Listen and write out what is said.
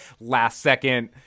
last-second